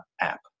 app